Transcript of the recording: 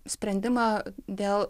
sprendimą dėl